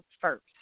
first